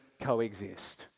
coexist